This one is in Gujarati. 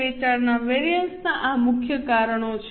વેચાણના વેરિઅન્સ ના આ મુખ્ય કારણો છે